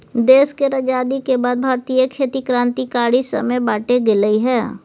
देश केर आजादी के बाद भारतीय खेती क्रांतिकारी समय बाटे गेलइ हँ